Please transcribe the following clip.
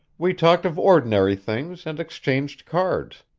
we talked of ordinary things and exchanged cards.